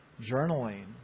journaling